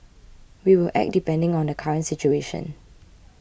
we will act depending on the current situation